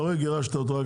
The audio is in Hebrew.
אתה רואה, גירשת אותו.